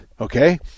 okay